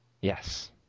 Yes